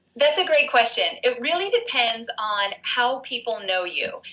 that's a great question, it really depends on how people know you,